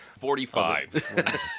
Forty-five